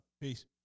Peace